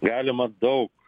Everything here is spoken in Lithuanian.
galima daug